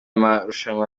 marushanwa